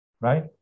right